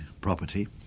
property